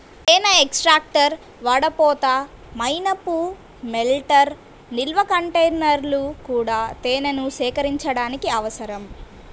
తేనె ఎక్స్ట్రాక్టర్, వడపోత, మైనపు మెల్టర్, నిల్వ కంటైనర్లు కూడా తేనెను సేకరించడానికి అవసరం